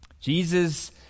Jesus